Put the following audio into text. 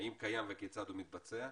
האם קיים וכיצד הוא מתבצע?